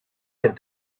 had